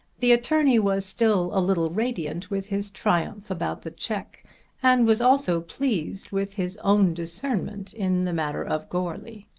the attorney was still a little radiant with his triumph about the cheque and was also pleased with his own discernment in the matter of goarly.